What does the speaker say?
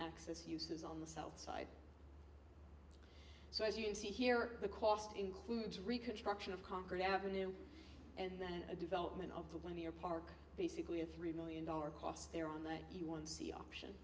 access uses on the south side so as you can see here the cost includes reconstruction of concord ave and then a development of the linear park basically a three million dollar cost there on the you want to see option